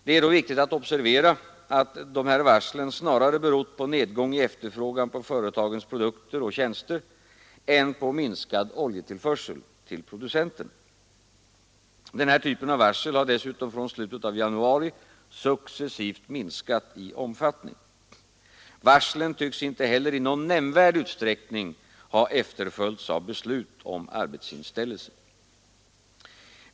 Det är då viktigt att observera att dessa varsel snarare berott på nedgång i efterfrågan på företagens produkter och tjänster än på minskad oljetillförsel till producenterna. Denna typ av varsel har dessutom från slutet av januari successivt minskat i omfattning. Varslen tycks inte heller i någon nämnvärd utsträckning ha efterföljts av beslut om arbetsinställelse.